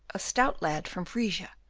a stout lad from frisia,